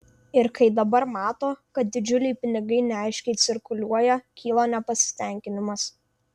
ir kai dabar mato kad didžiuliai pinigai neaiškiai cirkuliuoja kyla nepasitenkinimas